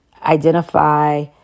identify